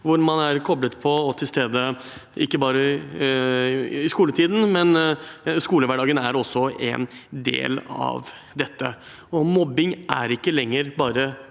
hvor man er koblet på og til stede ikke bare i skoletiden, men skolehverdagen er en del av dette. Mobbing er ikke lenger bare